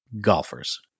golfers